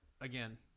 again